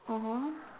mmhmm